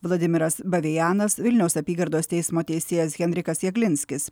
vladimiras bavėjanas vilniaus apygardos teismo teisėjas henrikas jaglinskis